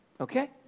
Okay